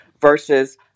versus